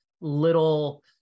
little